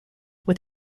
with